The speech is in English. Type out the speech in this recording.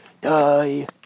Die